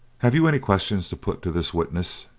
have you any questions to put to this witness?